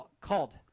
called